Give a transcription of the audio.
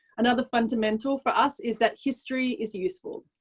another fundamental for us is that history is useful.